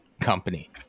company